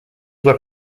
were